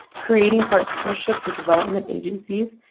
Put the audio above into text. creating partnerships with development agencies,